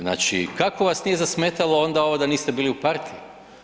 Znači kako vas nije zasmetalo ona ovo da niste bili u partiji.